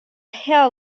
hea